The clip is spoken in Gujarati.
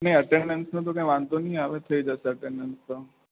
નય અટેન્ડન્સ તો કઈ વાંધો નય આવે થઈ જશે અટેન્ડસ તો